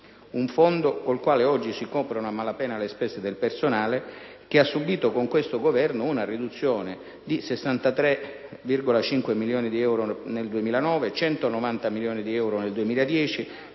Il Fondo con il quale oggi si coprono a malapena le spese del personale, ha subito con questo Governo una riduzione di 63,5 milioni di euro nel 2009, di 190 milioni di euro nel 2010,